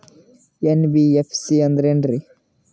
NBFC ಅಂದ್ರ ಏನ್ರೀ?